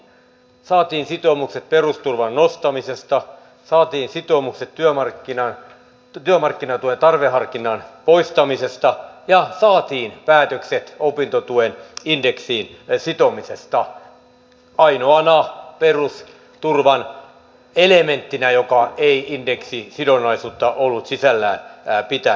saatiin sitoumukset perusturvan nostamisesta saatiin sitoumukset työmarkkinatuen tarveharkinnan poistamisesta ja saatiin päätökset opintotuen indeksiin sitomisesta ainoana perusturvan elementtinä joka ei indeksisidonnaisuutta ollut sisällään pitänyt